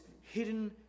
hidden